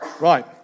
Right